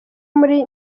muri